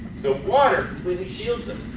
so water completely shields us,